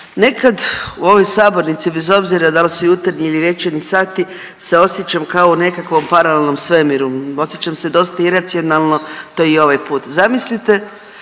nekad u ovoj sabornici bez obzira da li su jutarnji ili večernji sati se osjećam kao u nekakvom paralelnom svemiru, osjećam se dosta iracionalno to i ovaj put. Zamislite